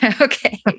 Okay